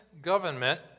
government